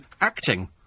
acting